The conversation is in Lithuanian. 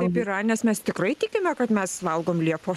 taip yra nes mes tikrai tikime kad mes valgom liepų